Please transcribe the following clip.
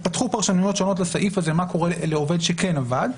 שונות לסעיף הזה מה קורה לעובד שכן עבד.